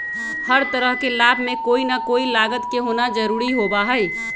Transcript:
हर तरह के लाभ में कोई ना कोई लागत के होना जरूरी होबा हई